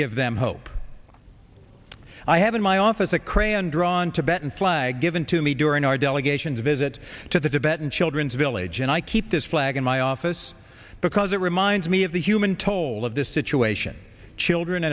give them hope i have in my office a crayon drawn tibet and flag given to me during our delegations visit to the debate in children's village and i keep this flag in my office because it reminds me of the human toll of this situation children